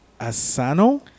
Asano